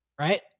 right